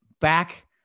back